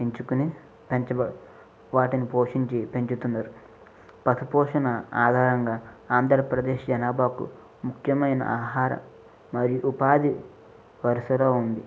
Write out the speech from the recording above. పెంచుకొని పెంచబ వాటిని పోషించి పెంచుతున్నారు పశుపోషణ ఆధారంగా ఆంధ్రప్రదేశ్ జనాభాకు ముఖ్యమైన ఆహార మరియు ఉపాధి వరుసలో ఉంది